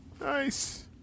Nice